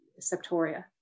septoria